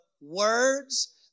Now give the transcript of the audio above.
words